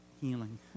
healing